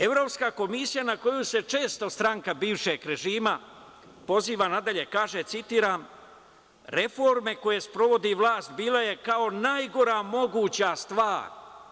Evropska komisija, na koju se često stranka bivšeg režima, nadalje kaže, citiram, reforme koje sprovodi vlast, bila je kao najgora moguća stvar.